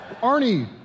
Arnie